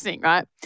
right